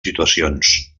situacions